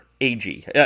ag